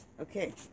okay